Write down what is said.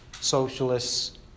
socialists